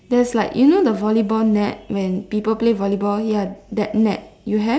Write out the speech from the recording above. there's like you know the volleyball net when people play volleyball ya that net you have